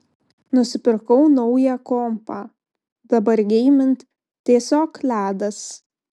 nusipirkau naują kompą dabar geimint tiesiog ledas